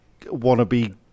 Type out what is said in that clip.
wannabe